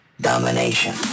Domination